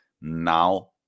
Now